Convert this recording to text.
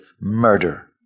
murder